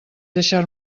deixar